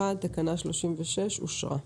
הצבעה אושרה.